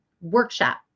workshop